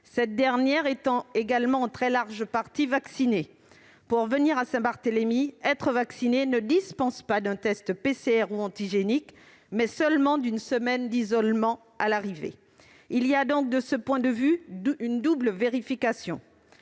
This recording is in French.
cette dernière étant en très large partie vaccinée. Pour venir à Saint-Barthélemy, être vacciné ne dispense pas de réaliser un test PCR ou antigénique, mais seulement de rester une semaine à l'isolement à l'arrivée. Il y a donc, de ce point de vue, une double vérification.